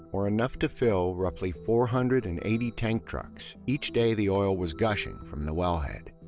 or enough to fill roughly four hundred and eighty tank trucks, each day the oil was gushing from the wellhead.